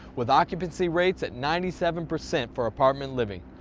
with occupancy rates at ninety seven percent for apartment living.